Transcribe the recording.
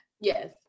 Yes